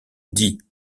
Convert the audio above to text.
dit